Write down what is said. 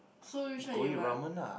so which one you want